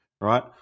right